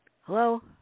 Hello